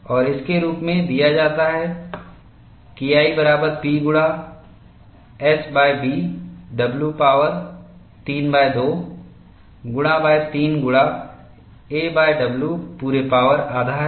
और इस के रूप में दिया जाता है KI बराबर P गुणा SB w पावर 32 गुणा 3 गुणा aw पूरे पावर आधा है